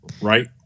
right